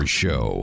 show